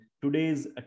Today's